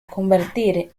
convertir